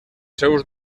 seus